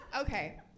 Okay